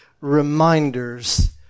reminders